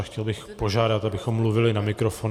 A chtěl bych požádat, abychom mluvili na mikrofon.